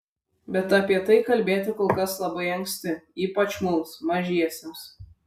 bet apie tai kalbėti kol kas labai anksti ypač mums mažiesiems